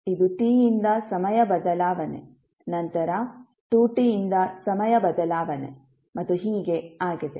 ಆದ್ದರಿಂದ ಇದು T ಯಿಂದ ಸಮಯ ಬದಲಾವಣೆ ನಂತರ 2T ಯಿಂದ ಸಮಯ ಬದಲಾವಣೆ ಮತ್ತು ಹೀಗೆ ಆಗಿದೆ